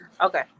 Okay